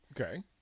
Okay